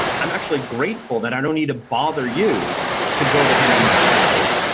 i'm actually grateful that i don't need to bother you to go to him and back and forth.